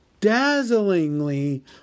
Dazzlingly